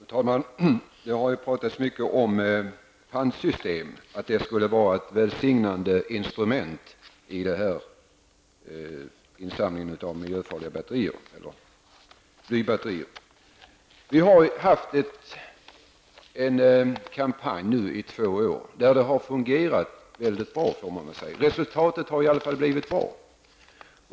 Fru talman! Det har ju talats mycket om att ett pantsystem skulle vara ett välsignande instrument när det gäller insamlingen av blybatterier. Vi har haft en kampanj nu i två år som har fungerat väldigt bra. Resultatet har i alla fall blivit bra.